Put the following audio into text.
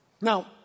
Now